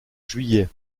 juillet